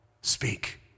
speak